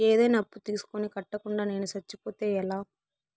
ఏదైనా అప్పు తీసుకొని కట్టకుండా నేను సచ్చిపోతే ఎలా